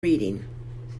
reading